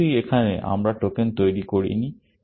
অবশ্যই এখানে আমরা টোকেন তৈরি করিনি